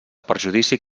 perjudici